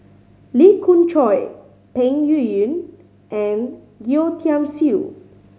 Lee Khoon Choy Peng Yuyun and Yeo Tiam Siew